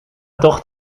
tocht